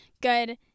good